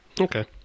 okay